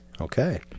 Okay